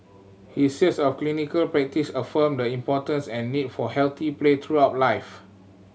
his years of clinical practice affirmed the importance and need for healthy play throughout life